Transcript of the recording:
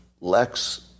Lex